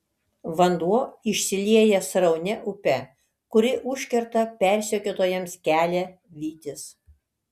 vanduo išsilieja sraunia upe kuri užkerta persekiotojams kelią vytis